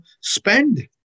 spend